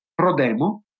Prodemo